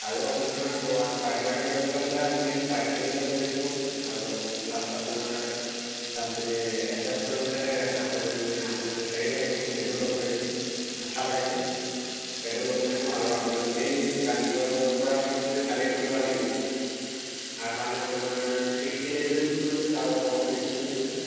আৰু আপোনাৰ wire pipe wiring কৰিবলৈ হ'লে আপুনি পাইপখিনি ল'ব লাগিব আৰু প্লাছ আপোনাৰ তাত এডজাষ্ট কৰিবলৈ মানে আপোনাৰ হেৰি লাগিব সেইটো ল'ব লাগিব আঠা লাগিব সেইটো ল'ব লাগিব আৰু আপোনাৰ মেইন কাৰেণ্টৰ য'ৰ পৰা আপুনি মানে কানেকচনটো আনিব তাৰ কাৰণে আপোনাৰ ছিক্সটিন এম এম মানে তাৰ ওপৰৰ পি ভি চি লাগিব